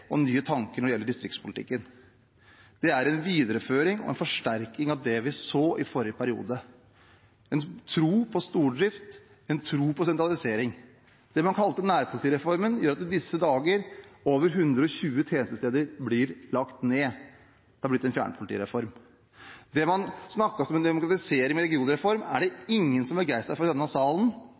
og nye tanker når det gjelder distriktspolitikken. Det er en videreføring og en forsterkning av det vi så i forrige periode: en tro på stordrift, en tro på sentralisering. Det man kalte nærpolitireformen, gjør at over 120 tjenestesteder i disse dager blir lagt ned. Det har blitt en fjernpolitireform. Det man snakket om som en demokratisering, regionreformen, er det ingen som er begeistret for i denne salen,